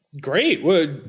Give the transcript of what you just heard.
Great